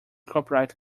copyright